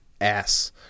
Ass